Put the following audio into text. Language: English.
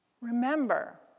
remember